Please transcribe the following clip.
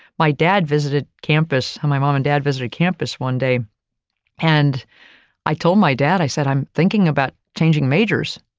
my dad visited campus my mom and dad visited campus one day and i told my dad i said, i'm thinking about changing majors.